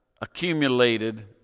accumulated